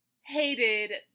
hated